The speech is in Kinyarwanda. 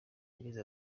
yagize